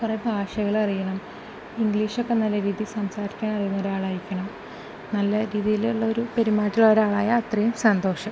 കുറേ ഭാഷകൾ അറിയണം ഇംഗ്ലീഷ് ഒക്കെ നല്ല രീതിയിൽ സംസാരിക്കാൻ അറിയുന്ന ഒരു ആൾ ആയിരിക്കണം നല്ല രീതിയിലുള്ള ഒരു പെരുമാറ്റം ഉള്ള ഒരു ആൾ ആയാൽ അത്രയും സന്തോഷം